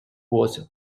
was